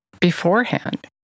beforehand